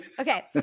okay